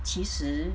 其实